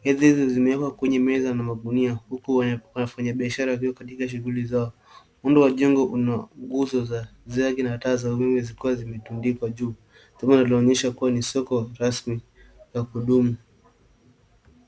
Hizi vitu zimewekwa kwenye meza na magunia huku wafanyibiashara wakiwa katika shughuli zao. Upande wa jengo kuna nguzo za zege na taa za umeme zikiwa zimetundikwa juu. Eneo linaonyesha ni soko rasmi la kudumu.